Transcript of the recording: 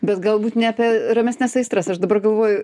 bet galbūt ne apie ramesnes aistras aš dabar galvoju